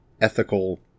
ethical